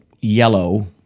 yellow